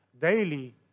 daily